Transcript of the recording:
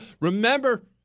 Remember